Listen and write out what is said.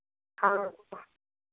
हाँ